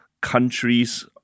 countries